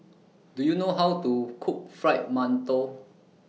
Do YOU know How to Cook Fried mantou